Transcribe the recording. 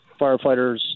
firefighters